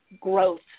growth